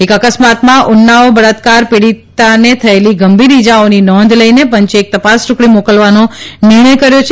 એક અકસ્માતમાં ઉન્નાઓ બળાત્કાર પીડીતાને થયેલી ગંભીર ઇજાઓની નોંધ લઇને પંચે એક તપાસ ટુકડી મોકલવાનો નિર્ણય કર્યો છે